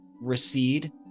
recede